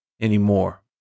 anymore